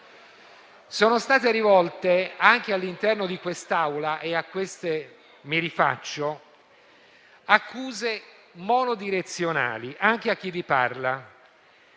Sono state rivolte anche all'interno di quest'Aula - e a queste mi rifaccio - accuse monodirezionali, anche a chi vi parla.